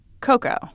cocoa